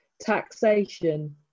taxation